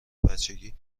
بچگی